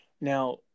Now